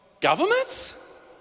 governments